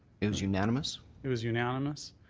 it was unanimous? it was unanimous.